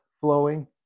flowing